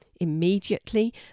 Immediately